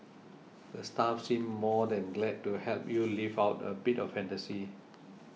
the staff seem more than glad to help you live out a bit of fantasy